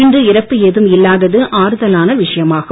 இன்று இறப்பு ஏதும் இல்லாதது ஆறுதலான விஷயமாகும்